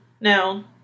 No